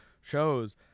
shows